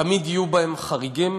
תמיד יהיו בהם חריגים.